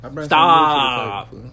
Stop